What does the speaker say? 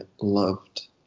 loved